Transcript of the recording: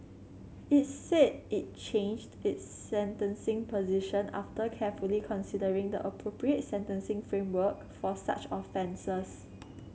it said it changed its sentencing position after carefully considering the appropriate sentencing framework for such offences